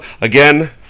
again